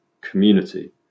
community